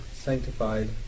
sanctified